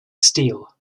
steel